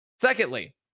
Secondly